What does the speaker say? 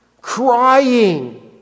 crying